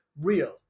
real